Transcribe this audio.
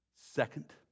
Second